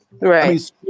Right